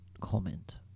comment